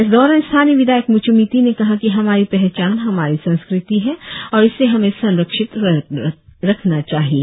इस दौरान स्थानीय विधायक मुचु मिथि ने कहा कि हमारी पहचान हमारी संस्कृति है और इसे हमें संरक्षित करना चाहिए